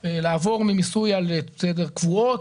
האוריינטציה היא לטפל במרכז,